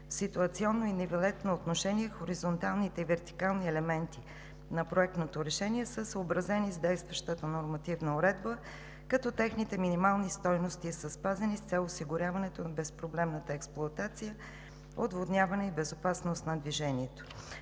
ситуационно и нивелетно отношение хоризонталните и вертикални елементи на проектното решение са съобразени с действащата нормативна уредба, като техните минимални стойности са спазени с цел осигуряването на безпроблемната експлоатация, отводняване и безопасност на движението.